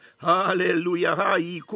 Hallelujah